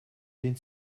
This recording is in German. den